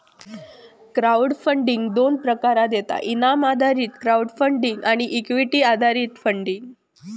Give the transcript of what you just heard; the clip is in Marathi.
क्राउड फंडिंग दोन प्रकारात येता इनाम आधारित क्राउड फंडिंग आणि इक्विटी आधारित फंडिंग